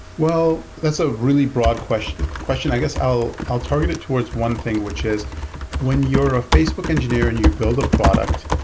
well, that's a really broad question. i guess i'll i'll target it towards one thing, which is when you're a facebook engineer and you build a product,